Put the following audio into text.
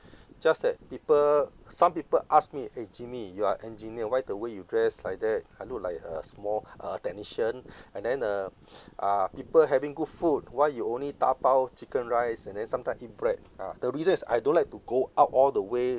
just like people some people ask me eh jimmy you are engineer why the way you dress like that I look like a small a technician and then uh ah people having good food why you only tapao chicken rice and then sometime eat bread ah the reason is I don't like to go out all the way